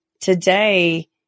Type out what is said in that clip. today